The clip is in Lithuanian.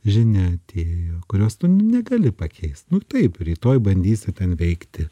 žinia atėjo kurios tu negali pakeist nu taip rytoj bandysiu ten veikti